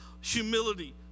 humility